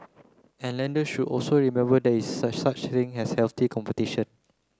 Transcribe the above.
and lender should also remember there is such a thing as healthy competition